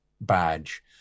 badge